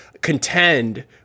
contend